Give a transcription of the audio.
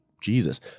Jesus